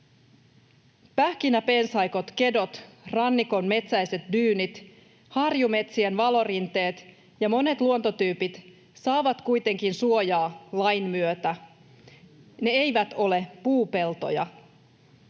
Pähkinäpensaikot, kedot, rannikon metsäiset dyynit, harjumetsien valorinteet ja monet luontotyypit saavat kuitenkin suojaa lain myötä. Ne eivät ole puupeltoja.